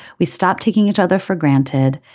we stopped taking each other for granted.